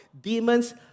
demons